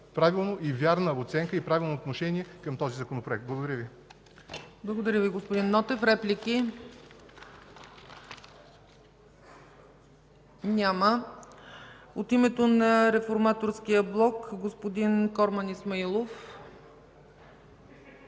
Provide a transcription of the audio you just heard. правилна и вярна оценка, и правилно отношение към този Законопроект. Благодаря Ви. ПРЕДСЕДАТЕЛ ЦЕЦКА ЦАЧЕВА: Благодаря Ви, господин Нотев. Реплики? Няма. От името на Реформаторския блок – господин Корман Исмаилов.